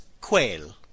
quail